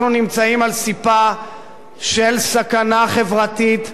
אנחנו נמצאים על סִפָּהּ של סכנה חברתית,